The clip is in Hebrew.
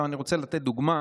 אני רוצה לתת דוגמה